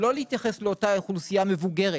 לא להתייחס לאותה אוכלוסייה מבוגרת